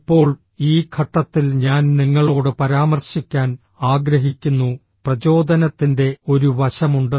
ഇപ്പോൾ ഈ ഘട്ടത്തിൽ ഞാൻ നിങ്ങളോട് പരാമർശിക്കാൻ ആഗ്രഹിക്കുന്നു പ്രചോദനത്തിന്റെ ഒരു വശമുണ്ട്